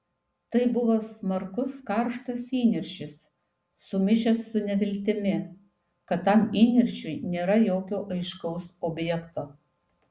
tai buvo smarkus karštas įniršis sumišęs su neviltimi kad tam įniršiui nėra jokio aiškaus objekto